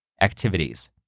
activities